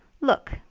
Look